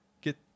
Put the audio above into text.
Get